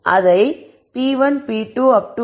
எனவே அது p1 p2